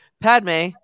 Padme